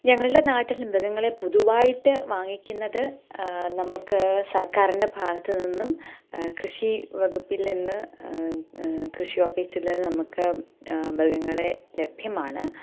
ഞങ്ങളുടെ നാട്ടിൽ മൃഗങ്ങളെ പൊതുവായിട്ട് വാങ്ങിക്കുന്നത് നമുക്ക് സർക്കാരിൻ്റെ ഭാഗത്തുനിന്നും കൃഷിവകുപ്പിൽ നിന്ന് കൃഷി ഓഫീസിൽ നിന്ന് നമുക്ക് മൃഗങ്ങളെ ലഭ്യമാണ്